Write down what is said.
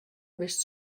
bist